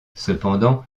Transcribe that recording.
cependant